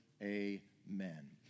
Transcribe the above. Amen